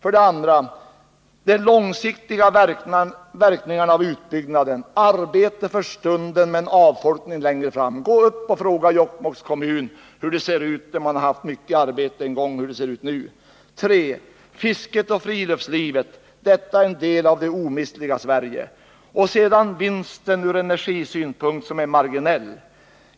2. De långsiktiga verkningarna av utbyggnaden — arbete för stunden men avfolkning längre fram. Fråga Jokkmokks kommun, där det funnits gott om kraftbyggnadsarbete en gång i tiden, hur det ser ut nu. 3. Fisket och friluftslivet. Detta är en del av det omistliga Sverige. 4. Vinsten ur energisynpunkt är marginell.